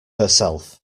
herself